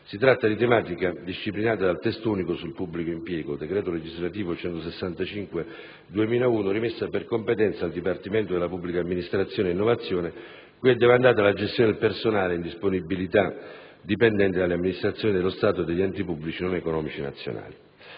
si tratta di tematica disciplinata dal Testo unico sul pubblico impiego (decreto legislativo n. 165 del 2001), rimessa per competenza al Dipartimento della pubblica amministrazione e innovazione, cui è demandata la gestione del personale in disponibilità dipendente dalle amministrazioni dello Stato e dagli egli pubblici non economici nazionali.